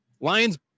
Lions